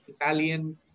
Italian